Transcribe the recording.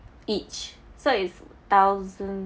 each so it's thousand